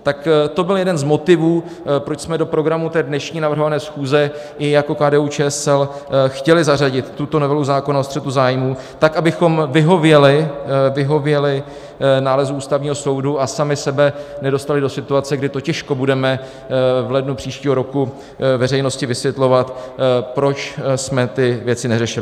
Tak to byl jeden z motivů, proč jsme do programu dnešní navrhované schůze i jako KDUČSL chtěli zařadit tuto novelu zákona o střetu zájmů tak, abychom vyhověli nálezu Ústavního soudu a sami sebe nedostali do situace, kdy to těžko budeme v lednu příštího roku veřejnosti vysvětlovat, proč jsme ty věci neřešili.